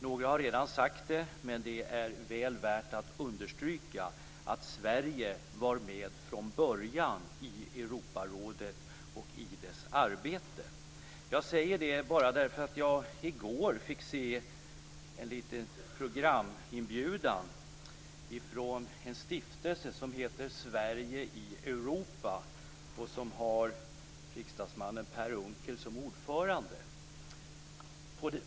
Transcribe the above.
Några har redan sagt, men det är väl värt att understryka detta, att Sverige var med från början i Europarådet och i dess arbete. Jag säger det därför att jag i går fick se en liten programinbjudan från en stiftelse som heter Sverige i Europa och som har riksdagsman Per Unckel som ordförande.